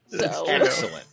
Excellent